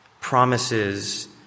promises